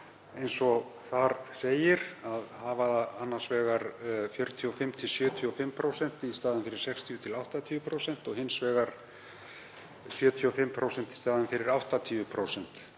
eins og þar segir: Hafa annars vegar 45–75% í staðinn fyrir 60–80% og hins vegar 75% í staðinn fyrir 80%.